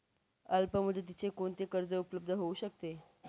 अल्पमुदतीचे कोणते कर्ज उपलब्ध होऊ शकते?